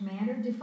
Matter